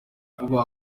vuba